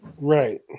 Right